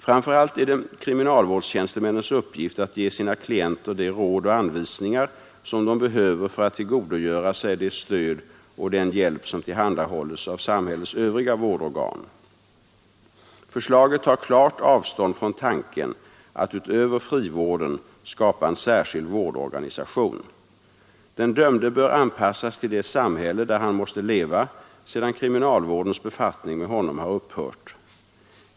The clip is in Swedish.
Framför allt är det kriminalvårdstjänstemännens uppgift att ge sina klienter de råd och anvisningar som de behöver för att tillgodogöra sig det stöd och den hjälp som tillhandahålles av samhällets övriga vårdorgan. Förslaget tar klart avstånd från tanken att utöver frivården skapa en särskild vårdorganisation. Den dömde bör anpassas till det samhälle där han måste leva sedan kriminalvårdens befattning med honom har upphört.